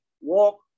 walk